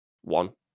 One